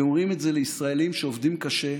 אתם אומרים את זה לישראלים שעובדים קשה,